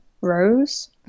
Rose